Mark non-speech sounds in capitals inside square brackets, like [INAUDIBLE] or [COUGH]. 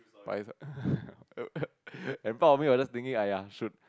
but if [LAUGHS] and part of me was just thinking aiya should